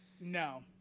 No